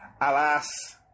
Alas